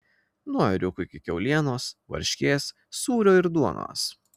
nuo ėriuko iki kiaulienos varškės sūrio ir duonos